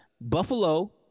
Buffalo